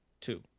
Two